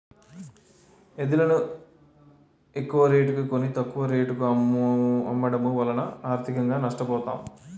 ఎద్దులును ఎక్కువరేటుకి కొని, తక్కువ రేటుకు అమ్మడము వలన ఆర్థికంగా నష్ట పోతాం